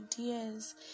ideas